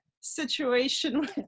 situation